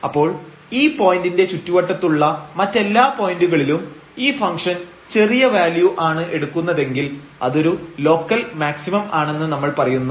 അപ്പോൾ ഈ പോയന്റിന്റെ ചുറ്റുവട്ടത്തുള്ള മറ്റെല്ലാ പോയന്റുകളിലും ഈ ഫംഗ്ഷൻ ചെറിയ വാല്യു ആണ് എടുക്കുന്നതെങ്കിൽ അതൊരു ലോക്കൽ മാക്സിമം ആണെന്ന് നമ്മൾ പറയുന്നു